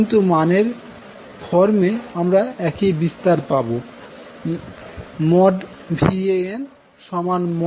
কিন্তু মানের ফর্মে আমরা একই বিস্তার পাবো